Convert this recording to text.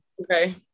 okay